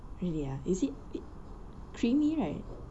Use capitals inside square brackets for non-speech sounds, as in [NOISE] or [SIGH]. really ah is it [NOISE] creamy right